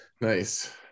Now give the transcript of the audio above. nice